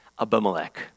Abimelech